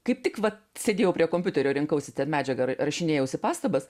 kaip tik va sėdėjau prie kompiuterio rinkausi ten medžiagą rašinėjausi pastabas